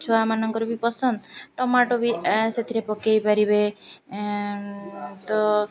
ଛୁଆମାନଙ୍କର ବି ପସନ୍ଦ ଟମାଟୋ ବି ସେଥିରେ ପକାଇ ପାରିବେ ତ